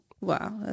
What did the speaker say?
wow